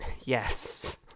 Yes